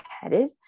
headed